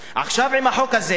עכשיו, עם החוק הזה,